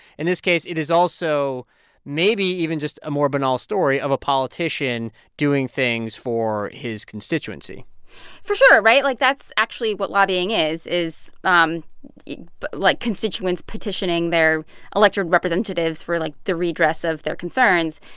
in this case, it is also maybe even just a more banal story of a politician doing things for his constituency for sure, right? like, that's actually what lobbying is is um but like, constituents petitioning their elected representatives for, like, the redress of their concerns.